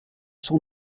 sont